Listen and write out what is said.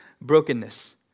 brokenness